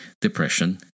depression